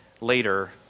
later